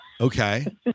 Okay